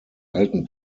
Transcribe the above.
alten